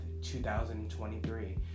2023